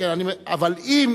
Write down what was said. אבל אם